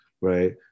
right